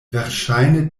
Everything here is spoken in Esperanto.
verŝajne